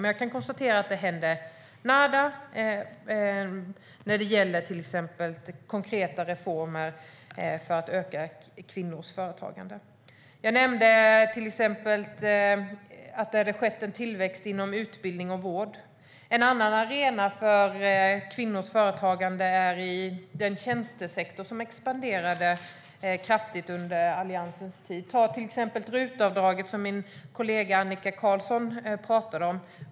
Men jag kan konstatera att det har hänt nada när det gäller konkreta reformer för att öka kvinnors företagande. Jag nämnde till exempel att det har skett en tillväxt inom utbildning och vård. En annan arena för kvinnors företagande är den tjänstesektor som expanderade kraftigt under Alliansens tid. Ta till exempel RUT-avdraget, som min kollega Annika Qarlsson talade om.